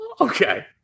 Okay